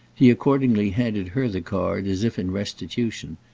he accordingly handed her the card as if in restitution,